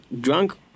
drunk